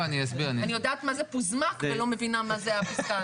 אני יודעת מה זה פוזמק ולא מבינה מה זה הפסקה הזו,